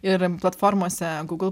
ir platformose google